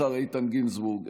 השר איתן גינזבורג,